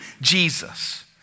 Jesus